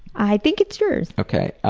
i think it's yours. okay.